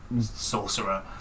sorcerer